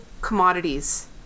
commodities